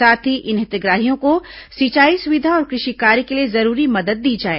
साथ ही इन हितग्राहियों को सिंचाई सुविधा और कृषि कार्य के लिए जरूरी मदद दी जाए